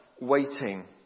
waiting